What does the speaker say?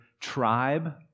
tribe